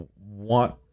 want